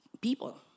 people